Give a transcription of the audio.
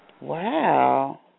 Wow